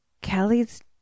Kelly's